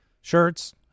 Shirts